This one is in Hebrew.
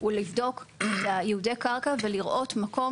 הוא לבדוק את ייעודי הקרקע ולראות מקום